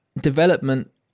development